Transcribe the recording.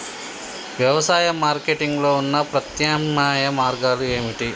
వ్యవసాయ మార్కెటింగ్ లో ఉన్న ప్రత్యామ్నాయ మార్గాలు ఏమిటి?